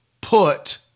put